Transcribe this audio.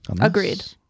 Agreed